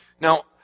Now